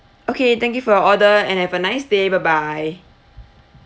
okay thank you for your order and have a nice day bye bye